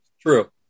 true